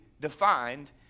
defined